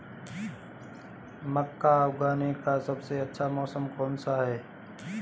मक्का उगाने का सबसे अच्छा मौसम कौनसा है?